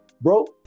bro